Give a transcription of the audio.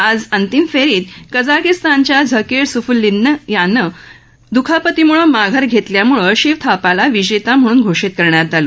आज अंतिम फेरीत कजाकिस्तानच्या झाकीर सफूल्लीन यानं दुखापतीमुळे माघार घेतल्यामुळे शिव थापाला विजेता म्हणून घोषित करण्यात आलं